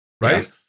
Right